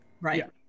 Right